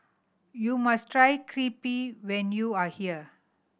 you must try Crepe when you are here